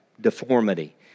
deformity